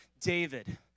david